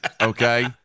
Okay